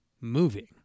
moving